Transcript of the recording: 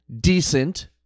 Decent